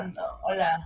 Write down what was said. Hola